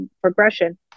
progression